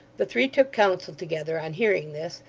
the three took counsel together, on hearing this,